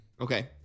Okay